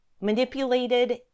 manipulated